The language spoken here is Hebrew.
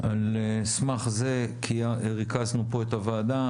על סמך זה ריכזנו פה את הוועדה,